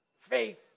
Faith